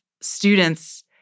students